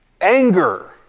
Anger